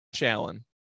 Allen